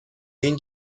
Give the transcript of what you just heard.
اون